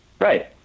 Right